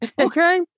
okay